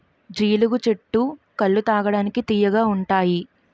జీలుగు చెట్టు కల్లు తాగడానికి తియ్యగా ఉంతాయి